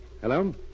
Hello